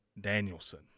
Danielson